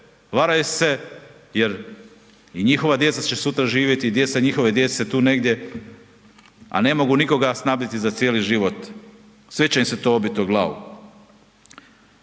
varaju se jer i njihova djeca će sutra živjeti i djeca njihove djece tu negdje, a ne mogu nikoga snabdjeti za cijeli život, sve će im se to obiti o glavu.